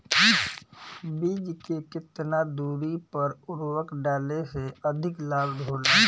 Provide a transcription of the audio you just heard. बीज के केतना दूरी पर उर्वरक डाले से अधिक लाभ होला?